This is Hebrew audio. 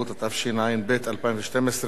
התשע"ב 2012,